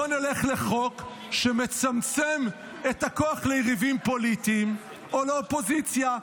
בוא נלך לחוק שמצמצם את הכוח ליריבים פוליטיים או לאופוזיציה.